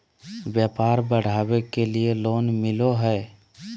व्यापार बढ़ावे के लिए लोन मिलो है?